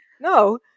no